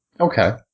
Okay